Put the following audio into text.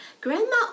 grandma